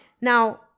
Now